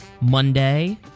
Monday